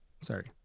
Sorry